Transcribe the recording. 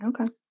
okay